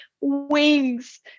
Wings